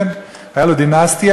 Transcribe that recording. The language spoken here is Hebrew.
כן, הייתה לו דינסטיה.